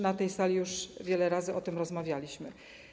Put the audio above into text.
Na tej sali też już wiele razy o tym rozmawialiśmy.